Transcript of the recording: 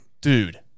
dude